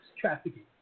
trafficking